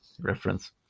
reference